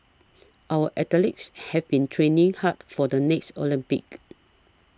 our athletes have been training hard for the next Olympics